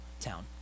town